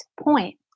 point